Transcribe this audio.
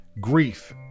grief